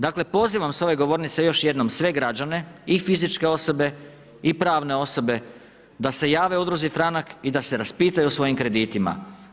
Dakle pozivam s ove govornice još jednom, sve građane, i fizičke osobe i pravne osobe da se jave udruzi Franak i da se raspitaju o svojim kreditima.